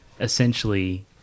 essentially